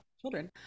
children